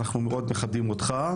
אנחנו מאוד מכבדים אותך.